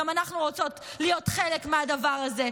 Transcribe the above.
גם אנחנו רוצות להיות חלק מהדבר הזה,